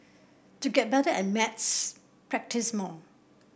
to get better at maths practise more